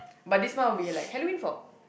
but this month will be like Halloween fall